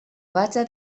vaja